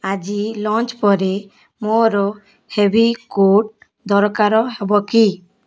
ଆଜି ଲଞ୍ଚ୍ ପରେ ମୋର ହେଭି କୋଟ୍ ଦରକାର ହେବ କି